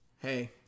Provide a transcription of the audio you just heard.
hey